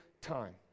time